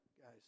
guys